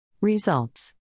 Results